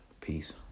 Peace